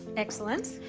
excellent.